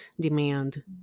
demand